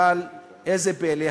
אבל איזה פלא?